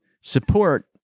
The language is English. support